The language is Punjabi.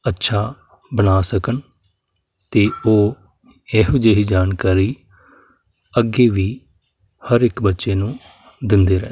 ਅੱਛਾ ਬਣਾ ਸਕਣ ਅਤੇ ਉਹ ਇਹੋ ਜਿਹੀ ਜਾਣਕਾਰੀ ਅੱਗੇ ਵੀ ਹਰ ਇੱਕ ਬੱਚੇ ਨੂੰ ਦਿੰਦੇ ਰਹਿਣ